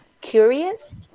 curious